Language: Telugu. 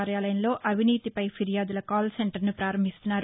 కార్యాలయంలో అవినీతిపై ఫిర్యాదుల కాల్ సెంటర్ను పారంభిస్తున్నారు